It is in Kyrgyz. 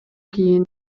кийин